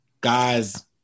guys